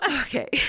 Okay